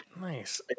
Nice